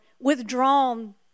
withdrawn